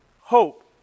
hope